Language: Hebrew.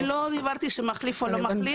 אני לא אמרתי אם זה מחליף או לא מחליף.